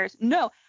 No